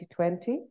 2020